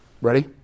Ready